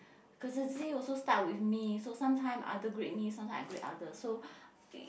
courtesy also start with me so sometime other greet me sometime I greet other so